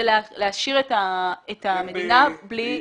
זה להשאיר את המדינה בלי רזרבה.